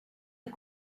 est